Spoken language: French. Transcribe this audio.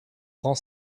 grand